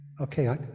Okay